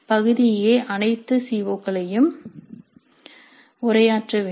பகுதி A அனைத்து சி ஓ களையும் உரையாற்ற வேண்டும்